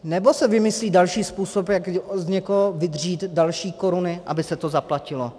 Nebo se vymyslí další způsob, jak z někoho vydřít další koruny, aby se to zaplatilo?